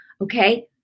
Okay